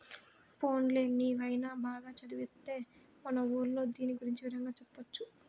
పోన్లే నీవైన బాగా చదివొత్తే మన ఊర్లో దీని గురించి వివరంగా చెప్పొచ్చు